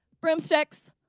Broomsticks